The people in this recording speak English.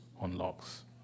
unlocks